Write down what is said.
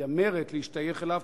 מתיימרת להשתייך אליו,